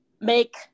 make